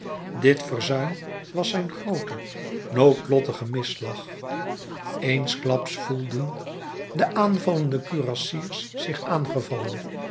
dit verzuim was zijn groote noodlottige misslag eensklaps voelden de aanvallende kurassiers zich aangevallen